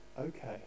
okay